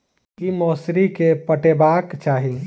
की मौसरी केँ पटेबाक चाहि?